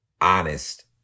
honest